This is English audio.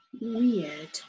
weird